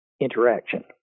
interaction